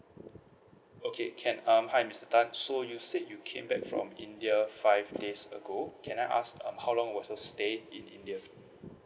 okay can um hi mister tan so you said you came back from india five days ago can I ask um how long was your stay in india